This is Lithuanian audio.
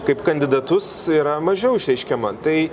kaip kandidatus yra mažiau išreiškiama tai